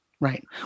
right